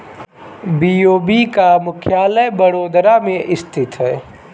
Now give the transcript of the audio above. BOB का मुख्यालय बड़ोदरा में स्थित है